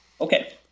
Okay